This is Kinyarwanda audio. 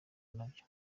nabyo